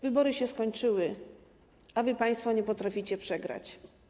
Wybory się skończyły, a państwo nie potraficie przegrać.